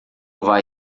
vai